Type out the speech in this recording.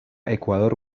ecuador